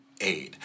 aid